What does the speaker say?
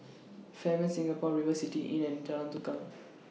Fairmont Singapore River City Inn and Jalan Tukang